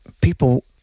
people